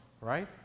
right